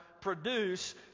produce